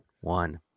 one